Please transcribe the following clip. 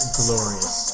glorious